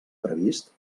previst